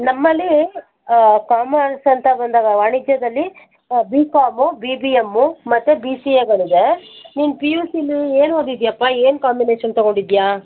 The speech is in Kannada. ನಮ್ಮಲ್ಲಿ ಕಾಮರ್ಸ್ ಅಂತ ಬಂದಾಗ ವಾಣಿಜ್ಯದಲ್ಲಿ B com B B M ಮತ್ತು ಬಿ ಸಿ ಎಗಳಿದೆ ನೀನು ಪಿ ಯು ಸಿಲಿ ಏನು ಓದಿದಿಯಪ್ಪ ಏನು ಕಾಂಬಿನೇಷನ್ ತಗೊಂಡಿದಿಯಾ